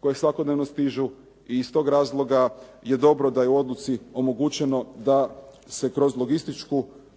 koje svakodnevno stižu i iz tog razloga je dobro da je u odluci omogućeno da se kroz logističku